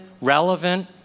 relevant